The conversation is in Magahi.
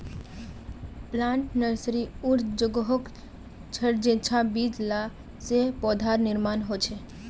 प्लांट नर्सरी उर जोगोह छर जेंछां बीज ला से पौधार निर्माण होछे